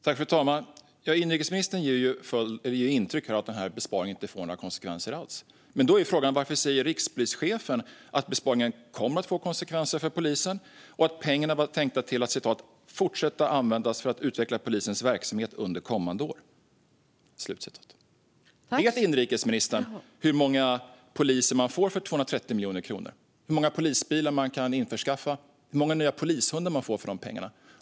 Fru talman! Inrikesministern ger intryck av att denna besparing inte får några konsekvenser alls. Varför säger då rikspolischefen att besparingen kommer att få konsekvenser för polisen och att pengarna var tänkta att användas för att utveckla polisens verksamhet under kommande år? Vet inrikesministern hur många poliser man får för 230 miljoner kronor, hur många polisbilar man kan införskaffa, hur många nya polishundar man får för dessa pengar?